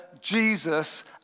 Jesus